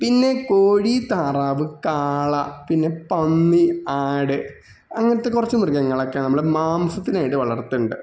പിന്നെ കോഴി താറാവ് കാള പിന്നെ പന്നി ആട് അങ്ങനത്ത കുറച്ച് മൃഗങ്ങളൊക്കെ നമ്മള് മാംസത്തിനായിട്ട് വളർത്തുണ്ട്